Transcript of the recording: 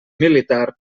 militar